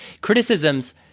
Criticisms